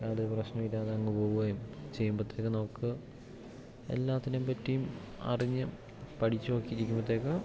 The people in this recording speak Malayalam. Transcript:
അങ്ങനെ ഒരു പ്രശ്നമില്ലാതങ്ങു പോവുകയും ചെയ്യുമ്പത്തേക്ക് നമുക്ക് എല്ലാത്തിനെ പറ്റിയും അറിഞ്ഞ് പഠിച്ചുകൊണ്ട് ഇരിക്കുമ്പോഴത്തേക്ക്